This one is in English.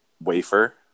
wafer